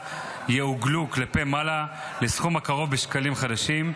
יעוגלו כלפי מעלה לסכום הקרוב בשקלים חדשים,